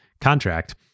contract